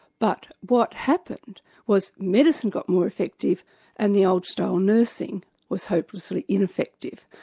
but what happened was medicine got more effective and the old-style nursing was hopelessly ineffective.